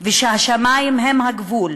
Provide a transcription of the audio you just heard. והשמים הם הגבול,